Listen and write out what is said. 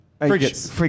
Frigates